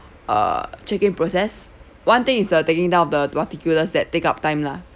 uh check in process one thing is the taking down of the particulars that take up time lah